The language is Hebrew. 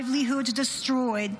livelihoods destroyed,